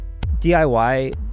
DIY